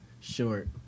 short